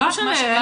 לא משנה.